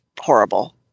horrible